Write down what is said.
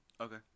Okay